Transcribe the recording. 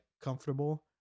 comfortable